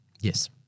Yes